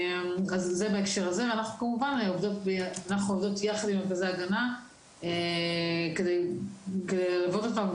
אנחנו כמובן עובדות יחד עם מרכזי ההגנה כדי ללוות אותם,